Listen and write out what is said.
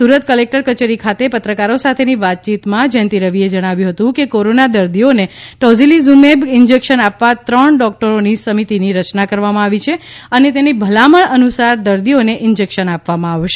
Surat collector કચેરી ખાતે પત્રકારો સાથેની વાતચીતમા જયંતિ રવિએ જણાવ્યું હતું કે કોરોના દર્દીઓને ટોસીલીઝુમેબ ઇન્જેકશન આપવા ત્રણ ડોક્ટરોની સમિતીની રચના કરવામાં આવી છે અને તેની ભલામણ અનુસાર દર્દીઓને ઈન્જેકશન આપવામાં આવશે